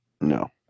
No